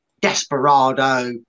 Desperado